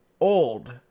old